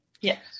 yes